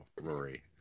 Rory